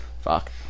fuck